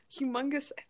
humongous